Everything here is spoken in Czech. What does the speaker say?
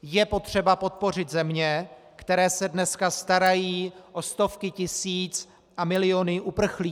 Je potřeba podpořit země, které se dneska starají o stovky tisíc a miliony uprchlíků.